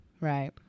Right